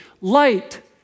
light